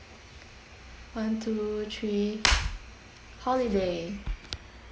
one two three holiday